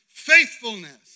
faithfulness